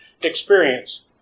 experience